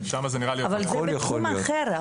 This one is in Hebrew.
זה בתחום אחר.